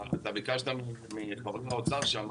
אתה ביקשת מהאוצר שם